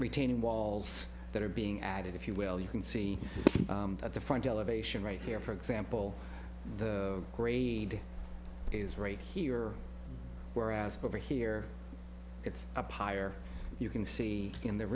retaining walls that are being added if you will you can see at the front elevation right here for example the grade is right here whereas over here it's a pyre you can see in the